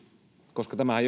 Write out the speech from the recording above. koska tämähän